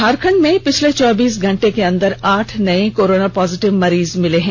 झारखंड में पिछले चौबीस घंटे के अंदर आठ नए कोरोना पॉजिटिव मरीज मिले हैं